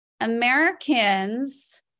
Americans